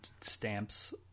stamps